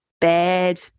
bad